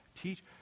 teach